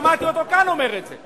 שמעתי אותו כאן אומר את זה.